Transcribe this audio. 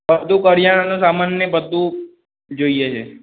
અડધું કરીયાણાનો સમાન ને એ બધું જોઇએ છે